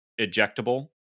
ejectable